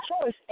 choice